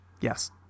Yes